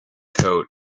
coat